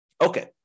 Okay